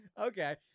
Okay